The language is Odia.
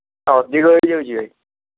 ଅଧିକ ହେଇ ଯାଉଛି ଭାଇ